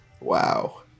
Wow